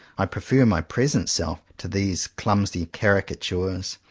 i prefer my present self to these clumsy caricatures,